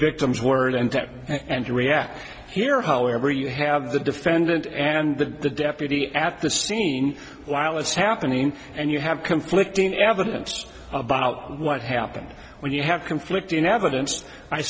victim's word and and react here however you have the defendant and the the deputy at the scene while it's happening and you have conflicting evidence about what happened when you have conflicting evidence i